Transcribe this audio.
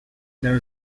there